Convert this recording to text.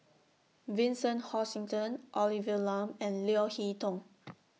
Vincent Hoisington Olivia Lum and Leo Hee Tong